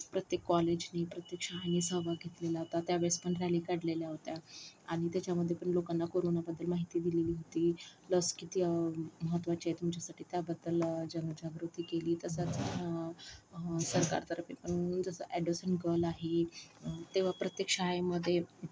प्रत्येक कॉलेजनी प्रत्येक शाळेने सहभाग घेतलेला होता त्या वेळेस पण रॅली काढलेल्या होत्या आणि त्याच्यामध्ये पण लोकांना कोरोनाबद्दल माहिती दिलेली होती लस किती महत्त्वाची आहे तुमच्यासाठी त्याबद्दल जनजागृती केली तसंच सरकारतर्फे पण जसं अॅडोसंट गर्ल आहे तेव्हा प्रत्येक शाळेमध्ये